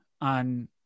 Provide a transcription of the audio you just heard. on